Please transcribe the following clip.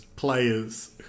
Players